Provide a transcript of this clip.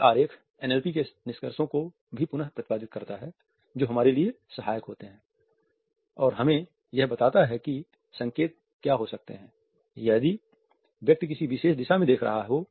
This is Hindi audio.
यह आरेख एनएलपी के निष्कर्षों को भी पुनः प्रतिपादित करता है जो हमारे लिए सहायक होते हैं और हमें यह बताता है कि संकेत क्या हो सकते हैं यदि व्यक्ति किसी विशेष दिशा में देख रहा हो